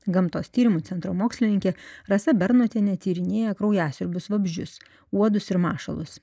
gamtos tyrimų centro mokslininkė rasa bernotienė tyrinėja kraujasiurbius vabzdžius uodus ir mašalus